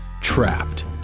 Trapped